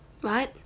what